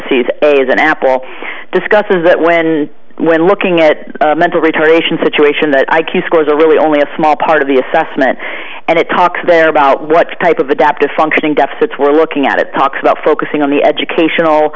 parentheses a is an apple discusses that when when looking at mental retardation situation that i q scores are really only a small part of the assessment and it talks there about what type of adaptive functioning deficits we're looking at it talks about focusing on the educational